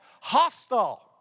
hostile